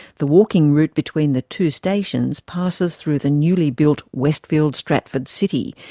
the walking route between the two stations passes through the newly built westfield stratford city,